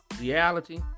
reality